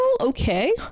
Okay